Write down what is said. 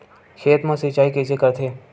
खेत मा सिंचाई कइसे करथे?